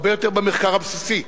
הרבה יותר במחקר הבסיסי,